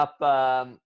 up